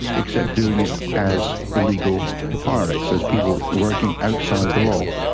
except doing it as illegal pirates, as people working outside the law.